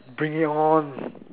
bring it on